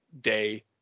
day